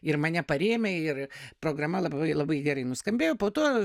ir mane parėmė ir programa labai labai gerai nuskambėjo po to